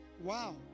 Wow